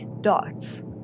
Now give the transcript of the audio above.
dots